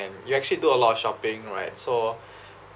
you actually do a lot of shopping right so